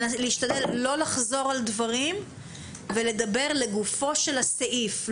אני מבקשת להשתדל לא לחזור על דברים שנאמרו ולדבר לגופו של הסעיף.